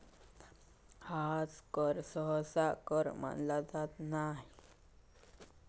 ह्या कर सहसा कर मानला जात नाय